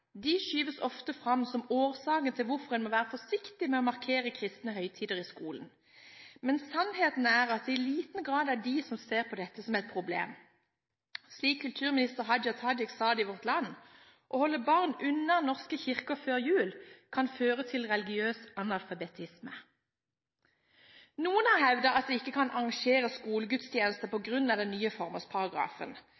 De skyves ofte fram som årsaken til at en må være forsiktig med å markere kristne høytider i skolen, men sannheten er at det i liten grad er dem som ser på dette som et problem. Kulturminister Hadia Tajik sa det slik i Vårt Land: «Å holde barn unna norske kirker før jul kan føre til religiøs analfabetisme.» Noen har hevdet at det ikke kan arrangeres skolegudstjenester på